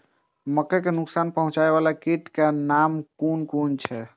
मके के नुकसान पहुँचावे वाला कीटक नाम कुन कुन छै?